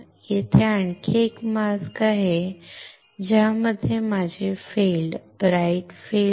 येथे आणखी एक मास्क आहे ज्यामध्ये माझे फील्ड ब्राइट फील्डbright field